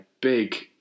big